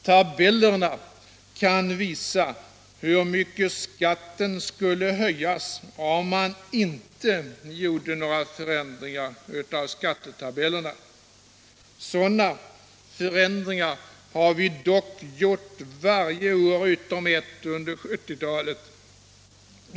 Tabellerna kan visa hur mycket skatten skulle höjas om man inte gjorde några förändringar av skattetabellerna. Sådana förändringar har vi dock gjort varje år utom ett under 1970-talet.